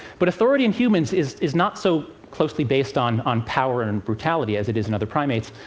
but authority in humans is is not so closely based on on power and brutality as it is in other primates.